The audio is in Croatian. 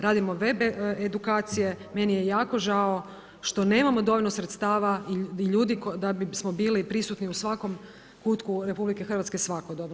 Radimo web edukacije, meni je jako žao što nemamo dovoljno sredstava i ljudi da bismo bili prisutni u svakom kutku RH svakodobno.